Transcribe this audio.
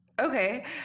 Okay